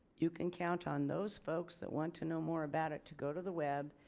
you can count on those folks that want to know more about it to go to the web.